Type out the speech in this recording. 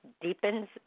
deepens